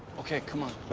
okay, come on,